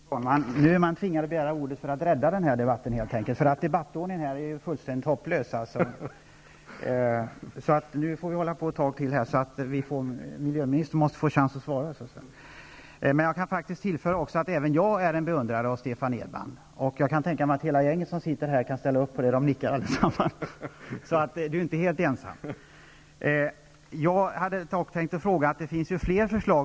Herr talman! Nu är man tvingad att begära ordet för att helt enkelt rädda denna debatt. Debattordningen är ju fullständigt hopplös. Nu får vi fortsätta att debattera en stund till så att miljöministern får chans att svara. Även jag är en beundrare av Stefan Edman. Och jag kan tänka mig att hela gänget som sitter här kan ställa upp på det. Allesammans nickar. Miljöministern är alltså inte helt ensam om det.